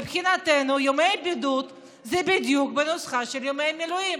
מבחינתנו ימי בידוד זה בדיוק לפי הנוסחה של ימי מילואים.